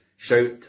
Shout